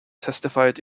testified